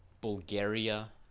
Bulgaria